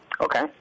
Okay